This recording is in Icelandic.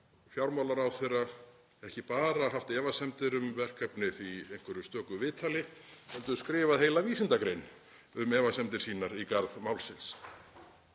fjármálaráðherra ekki bara haft efasemdir um verkefnið í einhverju stöku viðtali heldur skrifað heila vísindagrein um efasemdir sínar í garð málsins.